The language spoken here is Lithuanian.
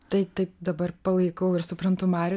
tai taip dabar palaikau ir suprantu marių